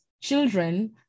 children